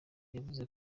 yavuze